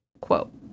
Quote